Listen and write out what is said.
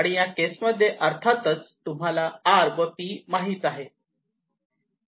आणि या केसमध्ये अर्थातच तुम्हाला r व p माहित आहेत